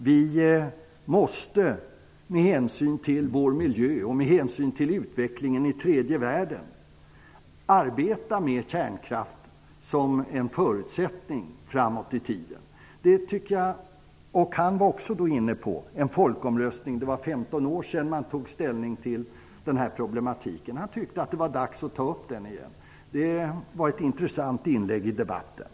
Han sade att kärnkraften, med hänsyn till vår miljö och till utvecklingen i tredje världen, måste vara en förutsättning i framtiden. Han var också inne på att det skulle vara en folkomröstning. Det var 15 år sedan man tog ställning till den här problematiken. Han tyckte att det var dags att ta upp den igen. Det var ett intressant inlägg i debatten.